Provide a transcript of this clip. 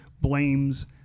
blames